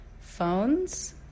phones